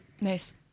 Nice